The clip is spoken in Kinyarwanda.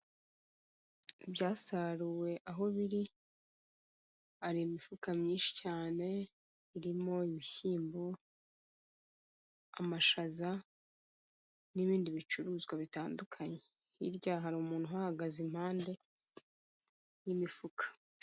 Ibyasaruwe aho biri, hari imifuka myinshi cyane irimo ibishyimbo, amashaza n'ibindi bicuruzwa bitandukanye. Hirya hari umuntu uhahagaze impande y'imifuka.